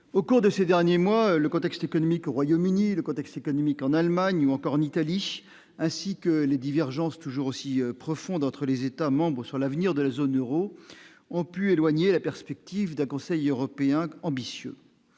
au cours de ces derniers mois, le contexte économique au Royaume-Uni, le contexte économique en Allemagne ou encore en Italie, ainsi que les divergences toujours aussi profonde entre les États membres sur l'avenir de la zone Euro ont pu éloigner la perspective d'un Conseil européen ambitieux